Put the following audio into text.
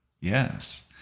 Yes